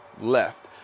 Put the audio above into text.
left